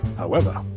however,